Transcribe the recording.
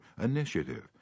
initiative